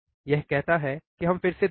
यह कहता है कि हम फिर से देखें